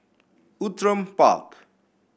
Outram Park